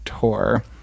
tour